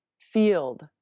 field